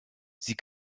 sie